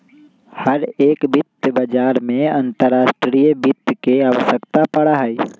हर एक वित्त बाजार में अंतर्राष्ट्रीय वित्त के आवश्यकता पड़ा हई